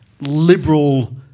liberal